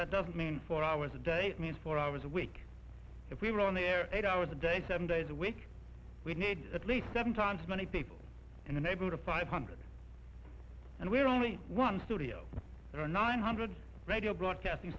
that doesn't mean four hours a day four hours a week if we were on the air eight hours a day seven days a week we need at least seven times many people in the neighborhood of five hundred and we're only one studio or nine hundred radio broadcasting